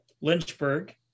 lynchburg